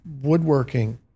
woodworking